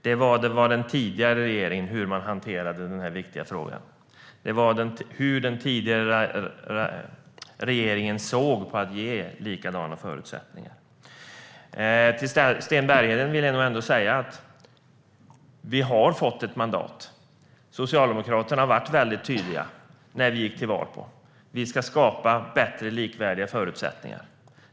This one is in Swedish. Så hanterade den tidigare regeringen denna viktiga fråga. Så såg den tidigare regeringen på att ge likadana förutsättningar. Till Sten Bergheden vill jag nog ändå säga att vi har fått ett mandat. Socialdemokraterna var väldigt tydliga när vi gick till val: Vi ska skapa bättre och likvärdiga förutsättningar.